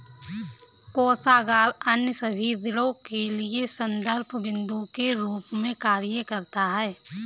कोषागार अन्य सभी ऋणों के लिए संदर्भ बिन्दु के रूप में कार्य करता है